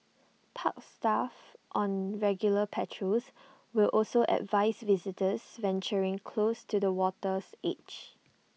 park staff on regular patrols will also advise visitors venturing close to the water's edge